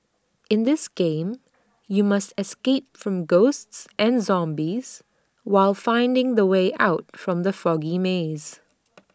in this game you must escape from ghosts and zombies while finding the way out from the foggy maze